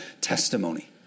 Testimony